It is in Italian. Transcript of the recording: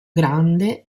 grande